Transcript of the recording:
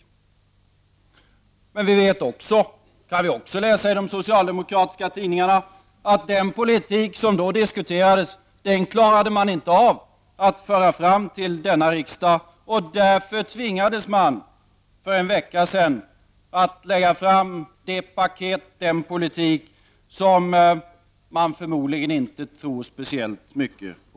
Men vi vet också, det kan vi läsa i de socialdemokratiska tidningarna, att den politik som då diskuterades, klarade regeringen inte av att föra fram till denna riksdag. Därför tving ades regeringen för en vecka sedan att lägga fram det paket med den politik som den själv förmodligen inte tror speciellt mycket på.